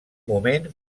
moment